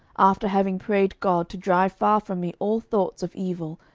after having prayed god to drive far from me all thoughts of evil,